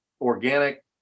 organic